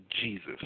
Jesus